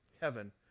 heaven